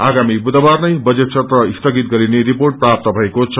आगामी बुधबार नै बजेट सत्र स्थगित गरिने रिर्पोट प्राप्त भएको छ